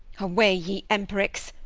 away ye empericks,